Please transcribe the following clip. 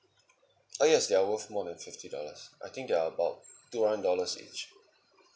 ah yes they're worth more than fifty dollars I think they're about two hundred dollars each